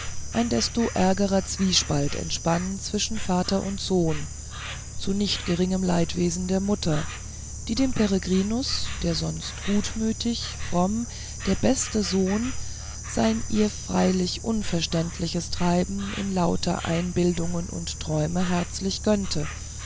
ein desto ärgerer zwiespalt entspann zwischen vater und sohn zu nicht geringem leidwesen der mutter die dem peregrinus der sonst gutmütig fromm der beste sohn sein ihr freilich unverständliches treiben in lauter einbildungen und träumen herzlich gönnte